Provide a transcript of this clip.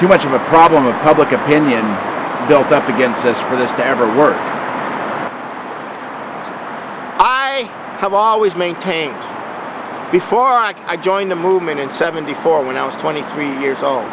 too much of a problem of public opinion built up against us for this terrible work i have always maintained before i joined the movement in seventy four when i was twenty three years old